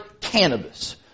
cannabis